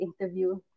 interview